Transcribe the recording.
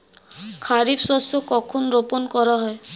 খারিফ শস্য কখন রোপন করা হয়?